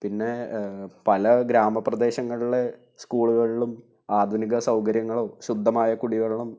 പിന്നെ പല ഗ്രാമപ്രദേശങ്ങളില് സ്കൂളുകളിലും ആധുനിക സൗകര്യങ്ങളോ ശുദ്ധമായ കുടിവെള്ളം